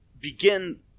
begin